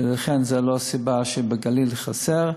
ולכן זו לא הסיבה שבגליל חסר.